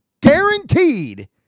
guaranteed